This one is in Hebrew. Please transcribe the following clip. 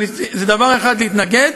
אבל דבר אחד זה להתנגד,